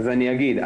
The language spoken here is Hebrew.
אני אגיד,